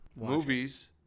Movies